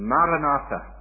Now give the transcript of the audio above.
Maranatha